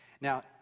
Now